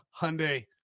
Hyundai